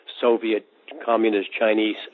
Soviet-Communist-Chinese